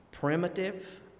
primitive